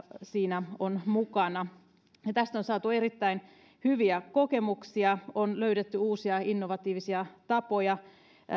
siinä on mukana tästä on saatu erittäin hyviä kokemuksia on löydetty uusia innovatiivisia tapoja